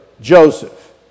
Joseph